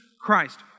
Christ